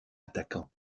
attaquant